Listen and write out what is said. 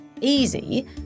easy